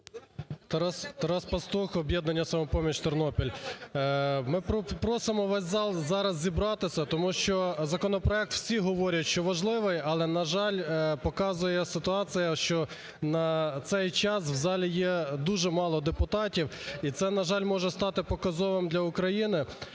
Тарас Пастух, "Об'єднання "Самопоміч", Тернопіль. Ми просимо весь зал зараз зібратися, тому що законопроект, всі говорять, що важливий, але, на жаль, показує ситуація, що на цей час в залі є дуже мало депутатів, і це, на жаль, може стати показовим для України,